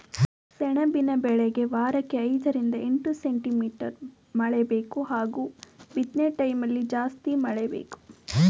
ಸೆಣಬಿನ ಬೆಳೆಗೆ ವಾರಕ್ಕೆ ಐದರಿಂದ ಎಂಟು ಸೆಂಟಿಮೀಟರ್ ಮಳೆಬೇಕು ಹಾಗೂ ಬಿತ್ನೆಟೈಮ್ಲಿ ಜಾಸ್ತಿ ಮಳೆ ಬೇಕು